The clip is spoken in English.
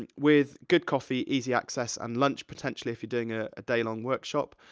and with good coffee, easy access, and lunch, potentially, if you're doing a ah day-long workshop.